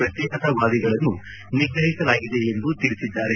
ಪ್ರತ್ಯೇಕತಾವಾದಿಗಳನ್ನು ನಿಗ್ರಹಿಸಲಾಗಿದೆ ಎಂದು ತಿಳಿಸಿದ್ದಾರೆ